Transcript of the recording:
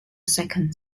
second